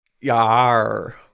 yar